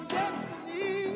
destiny